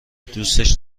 دوستش